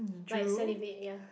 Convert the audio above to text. like salivate ya